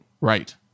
Right